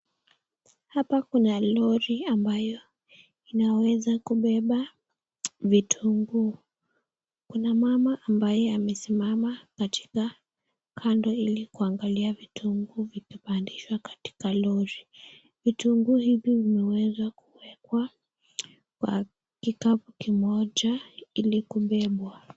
Hapa kona lori ambayo inaweza kuoepa vitunguu , kuna mama ambaye amesimama katika kando hili kuangalia vitunguu ivikipandiswa katika lori, vitunguu hivi umeweza kuwekwa kwa kikapu kimoja hili kupepwa.